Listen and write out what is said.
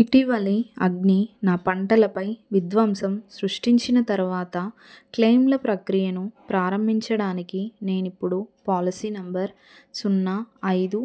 ఇటీవలి అగ్ని నా పంటలపై విధ్వంసం సృష్టించిన తర్వాత క్లెయిమ్ల ప్రక్రియను ప్రారంభించడానికి నేను ఇప్పుడు పాలసీ నంబర్ సున్నా ఐదు